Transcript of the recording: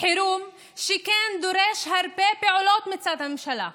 חירום שכן דורש הרבה פעולות מצד הממשלה,